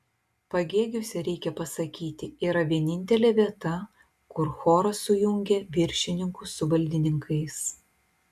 pagėgiuose reikia pasakyti yra vienintelė vieta kur choras sujungia viršininkus su valdininkais